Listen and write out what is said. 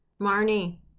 Marnie